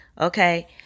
Okay